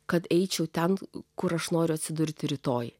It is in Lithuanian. kad eičiau ten kur aš noriu atsidurti rytoj